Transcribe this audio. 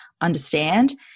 understand